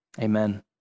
Amen